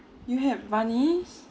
you have bunnies